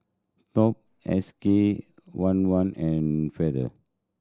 Top S K one one and Feather